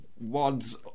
wads